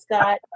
Scott